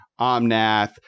omnath